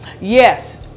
yes